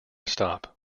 stop